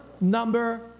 number